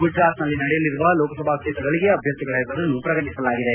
ಗುಜರಾತ್ನಲ್ಲಿ ನಡೆಯಲಿರುವ ಲೋಕಸಭಾ ಕ್ಷೇತ್ರಗಳಿಗೆ ಅಭ್ಯರ್ಥಿಗಳ ಹೆಸರನ್ನು ಪ್ರಕಟಿಸಲಾಗಿದೆ